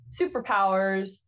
superpowers